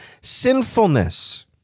sinfulness